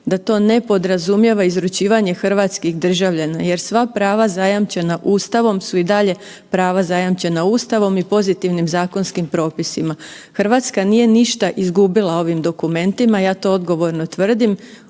da to ne podrazumijeva izručivanje hrvatskih državljana jer sva prava zajamčena Ustavom su i dalje prava zajamčena Ustavom i pozitivnim zakonskim propisima. RH nije ništa izgubila ovim dokumentima, ja to odgovorno tvrdim.